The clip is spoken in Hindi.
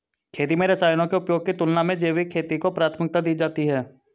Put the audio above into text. खेती में रसायनों के उपयोग की तुलना में जैविक खेती को प्राथमिकता दी जाती है